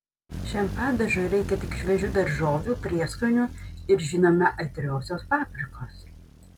šiam padažui reikia tik šviežių daržovių prieskonių ir žinoma aitriosios paprikos